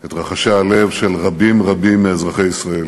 את רחשי הלב של רבים רבים מאזרחי ישראל.